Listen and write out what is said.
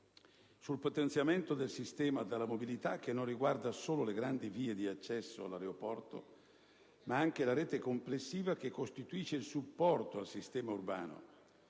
sul potenziamento del sistema della mobilità, che non riguarda solo le grandi vie di accesso all'aeroporto, ma anche la rete complessiva che costituisce il supporto al sistema urbano.